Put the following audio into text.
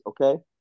okay